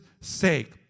sake